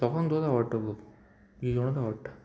लोकांक तोच आवडटा गो इसोणूच आवडटा